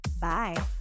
bye